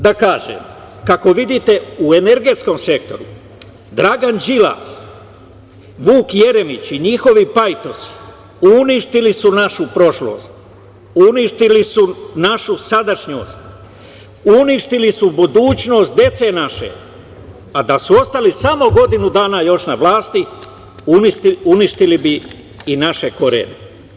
Da kažem, kako vidite u energetskom sektoru, Dragan Đilas, Vuk Jeremić i njihovi pajtosi uništili su našu prošlost, uništili su našu sadašnjost, uništili su budućnost dece naše, a da su ostali samo godinu dana još na vlasti uništili bi i naše korenje.